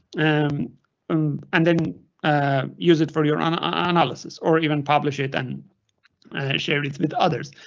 and um and then use it for your own ah analysis or even publish it and share it with others.